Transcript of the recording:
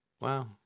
Wow